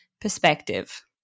perspective